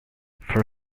for